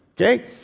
Okay